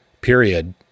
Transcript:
period